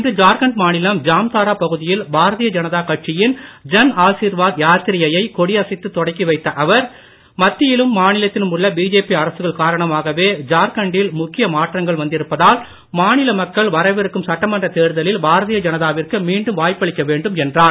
இன்று ஜார்கண்ட் மாநிலம் ஜாம்தாரா பகுதியில் பாரதிய ஜனதா கட்சியின் ஜன் ஆசிர்வாத் யாத்திரையை கொடியசைத்து தொடக்கி வைத்த அவர் மத்தியிலும் மாநிலத்திலும் உள்ள பிஜேபி அரசுகள் காரணமாகவே ஜார்கண்டில் முக்கிய மாற்றங்கள் வந்திருப்பதால் மாநில மக்கள் வரவிருக்கும் சட்டமன்றத் தேர்தலில் பாரதிய ஜனதாவிற்கு மீண்டும் வாய்ப்பளிக்க வேண்டும் என்றார்